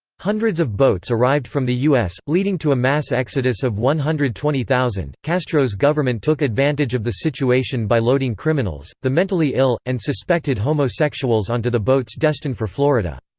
hundreds of boats arrived from the u s, leading to a mass exodus of one hundred twenty thousand castro's government took advantage of the situation by loading criminals, the mentally ill, and suspected homosexuals onto the boats destined for florida.